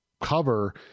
cover